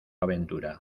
aventura